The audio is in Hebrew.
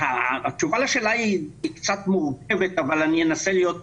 התשובה לשאלה היא קצת מורכבת אבל אני אנסה להיות פשוט.